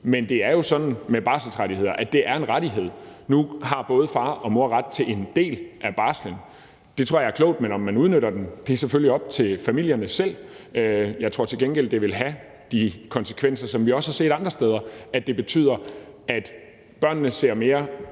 Men det er jo sådan med barselsrettigheder, at det er en rettighed. Nu har både far og mor ret til en del af barslen. Det tror jeg er klogt, men om man udnytter den, er selvfølgelig op til familierne selv. Jeg tror til gengæld, det vil have de konsekvenser, som vi også har set andre steder: at det betyder, at børnene ser mere